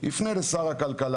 ואז רונן יפנה לשר הכלכלה,